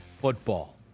football